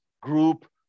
group